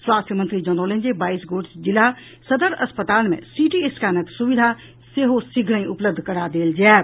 स्वास्थ्य मंत्री जनौलनि जे बाईस गोट जिला सदर अस्पताल मे सिटी स्कैनक सुविधा शीघ्रहिं उपलब्ध करा देल जायत